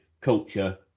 culture